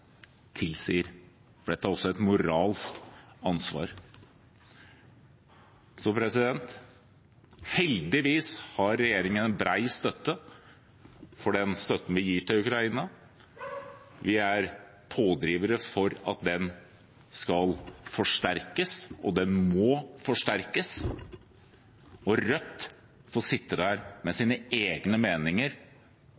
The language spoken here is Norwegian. tilsier, for dette er også et moralsk ansvar. Heldigvis har regjeringen bred støtte for den støtten vi gir til Ukraina. Vi er pådrivere for at den skal forsterkes, og den må forsterkes, og Rødt får sitte der med